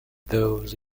those